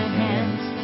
hands